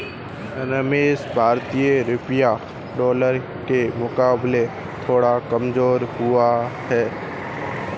रमेश भारतीय रुपया डॉलर के मुकाबले थोड़ा कमजोर हुआ है